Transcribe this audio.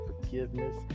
forgiveness